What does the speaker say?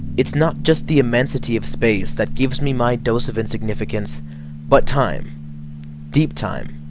it's not just the immensity of space that gives me my dose of insignificance but time deep time